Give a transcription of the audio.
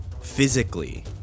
Physically